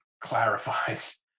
clarifies